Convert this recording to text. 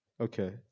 okay